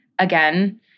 Again